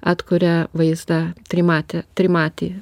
atkuria vaizdą trimatį trimatį